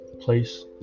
place